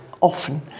often